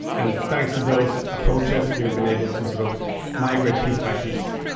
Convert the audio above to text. and thanks to those approaches, we've been able to sort of migrate piece by piece.